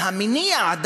אבל המניע,